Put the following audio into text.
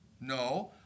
No